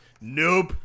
Nope